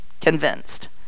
convinced